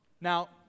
Now